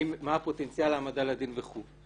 מה הפוטנציאל להעמדה לדין וכדומה.